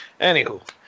Anywho